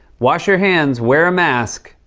wash your hands. wear a mask.